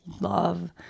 love